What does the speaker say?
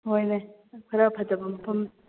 ꯍꯣꯏꯅꯦ ꯈꯔ ꯐꯖꯕ ꯃꯐꯝ